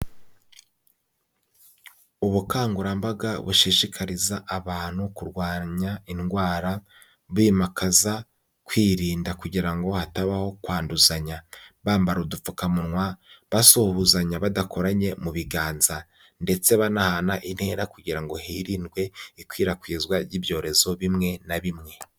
Ubukangurambaga bushishikariza abantu kurwanya indwara bimakaza kwirinda kugira ngo hatabaho kwanduzanya, bambara udupfukamunwa, basuhuzanya badakoranye mu biganza ndetse banahana intera kugira ngo hirindwe ikwirakwizwa ry'ibyorezo bimwe na bimwe.